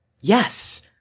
Yes